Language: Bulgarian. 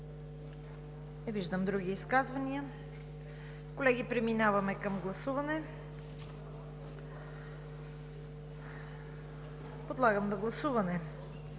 Не виждам други изказвания. Колеги, преминаваме към гласуване. Подлагам на гласуване